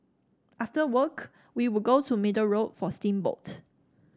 after work we would go to Middle Road for steamboat